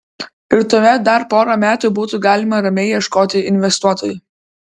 ir tuomet dar porą metų būtų galima ramiai ieškoti investuotojų